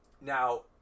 Now